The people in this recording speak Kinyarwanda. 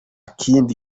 kindi